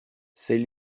c’est